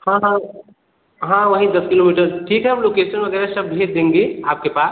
हाँ हाँ हाँ वही दस किलोमीटर ठीक है हम लोकेशन वगैरह सब भेज देंगे आपके पास